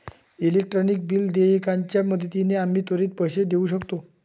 electronic bill देयकाच्या मदतीने आम्ही त्वरित पैसे देऊ शकतो